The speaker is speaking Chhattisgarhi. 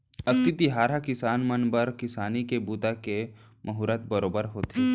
अक्ती तिहार ह किसान मन बर किसानी के बूता के मुहरत बरोबर होथे